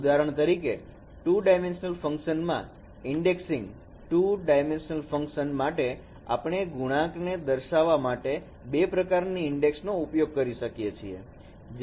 ઉદાહરણ તરીકે 2 dimensional function indexing માટે આપણે ગુણાંક ને દર્શાવવા માટે બે પ્રકારની ઇન્ડેક્સ નો ઉપયોગ કરી શકીએ છીએ